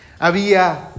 había